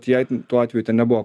jai tuo atveju ten nebuvo